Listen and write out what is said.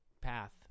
path